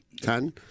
Ten